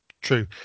true